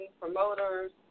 promoters